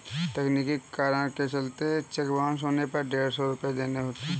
तकनीकी कारण के चलते चेक बाउंस होने पर डेढ़ सौ रुपये देने होते हैं